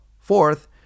Fourth